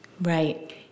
Right